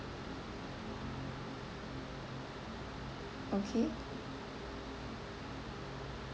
okay